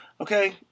Okay